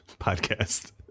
podcast